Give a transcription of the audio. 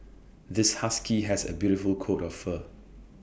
this husky has A beautiful coat of fur